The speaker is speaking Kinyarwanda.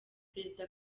perezida